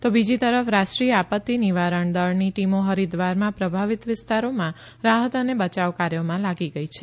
તો બીજી તરફ રાષ્ટ્રીય આપત્તિ નિવારણ દળની ટીમો હરિદ્વારમાં પ્રભાવિત વિસ્તારોમાં રાહત અને બયાવ કાર્યોમાં લાગી ગઇ છે